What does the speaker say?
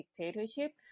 dictatorship